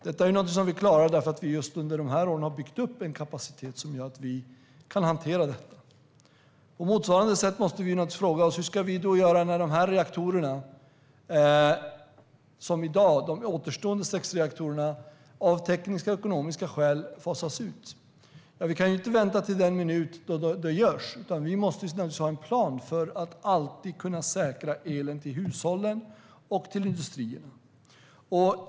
Det klarar vi just därför att vi under dessa år har byggt upp en kapacitet som gör att vi kan hantera det. På motsvarande sätt måste vi naturligtvis fråga oss hur vi ska göra när de återstående sex reaktorerna av tekniska och ekonomiska skäl fasas ut. Vi kan inte vänta till den minut då detta görs, utan vi måste ha en plan för att alltid kunna säkra elen till hushållen och industrin.